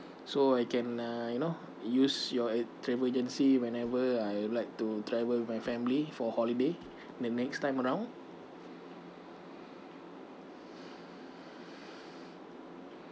so I can uh you know use your travel agency whenever I would like to travel with my family for holiday the next time around